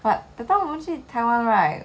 but that time 我们去 taiwan right